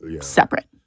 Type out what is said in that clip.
separate